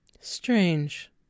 Strange